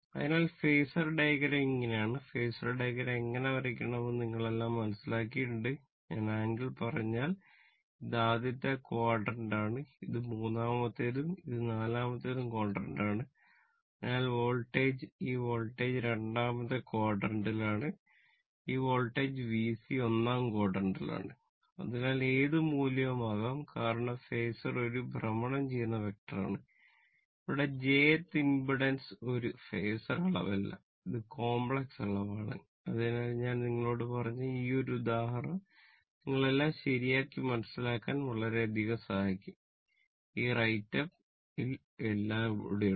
അതിനാൽ phasor diagram VC ഒന്നാം ക്വാഡ്രന്റിലാണ് അതിനാൽ ഏത് മൂല്യവും ആകാം കാരണം ഫാസർ ഇൽ എല്ലാം ഇവിടെയുണ്ട്